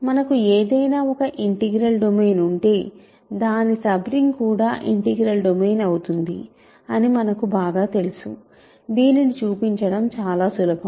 మనకు ఏదైనా ఒక ఇంటిగ్రల్ డొమైన్ ఉంటే దాని సబ్ రింగ్ కూడా ఇంటిగ్రల్ డొమైన్ అవుతుంది అని మనకు బాగా తెలుసు దీనిని చూపించడం చాలా సులభం